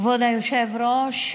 כבוד היושב-ראש,